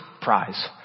prize